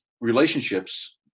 relationships